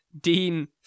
Dean